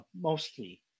mostly